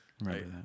Right